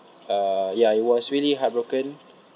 uh ya it was really heartbroken